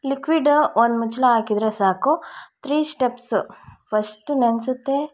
liquid ಒಂದು ಮುಚ್ಳ ಹಾಕಿದರೆ ಸಾಕು ತ್ರೀ ಸ್ಟೆಪ್ಸು ಫಸ್ಟು ನೆನೆಸುತ್ತೆ